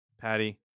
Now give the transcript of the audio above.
Patty